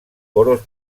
coros